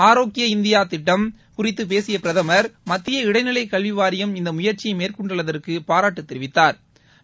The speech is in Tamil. ஆரோக்கிய இந்தியா திட்டம் குறித்து பேசிய பிரதமர் மத்திய இடைநிலை கல்வி வாரியம் இந்த முயற்சியை மேற்கொண்டுள்ளதற்கு பாராட்டு தெரிவித்தாா்